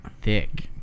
thick